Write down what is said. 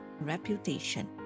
reputation